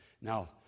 Now